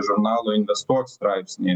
žurnalo investuok straipsnį